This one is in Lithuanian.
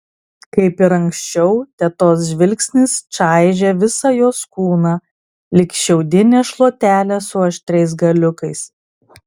kaip ir anksčiau tetos žvilgsnis čaižė visą jos kūną lyg šiaudinė šluotelė su aštriais galiukais